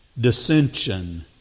dissension